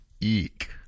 Eek